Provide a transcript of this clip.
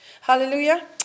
Hallelujah